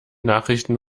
nachrichten